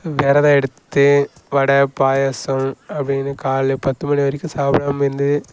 வெரதம் எடுத்து வடை பாயாசம் அப்படினு காலைலே பத்து மணி வரைக்கும் சாப்பிடாம இருந்து